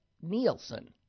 Nielsen